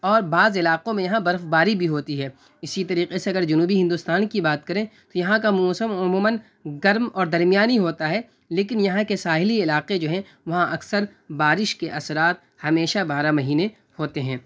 اور بعض علاقوں میں یہاں برف باری بھی ہوتی ہے اسی طریقے سے اگر جنوبی ہندوستان کی بات کریں تو یہاں کا موسم عموماً گرم اور درمیانی ہوتا ہے لیکن یہاں کے ساحلی علاقے جو ہیں وہاں اکثر بارش کے اثرات ہمیشہ بارہ مہینے ہوتے ہیں